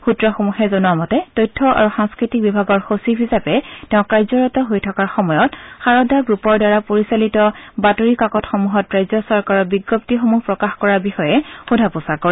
সূত্ৰসমূহে জনোৱা মতে তথ্য আৰু সাংস্কৃতিক বিভাগৰ সচিব হিচাপে তেওঁ কাৰ্যৰত হৈ থকাৰ সময়ত সাৰদা গ্ৰুপৰ দ্বাৰা পৰিচালিত বাতৰি কাকত সমূহত ৰাজ্য চৰকাৰৰ বিজ্ঞপ্তিসমূহ প্ৰকাশ কৰাৰ বিষয়ে সোধা পোছা কৰে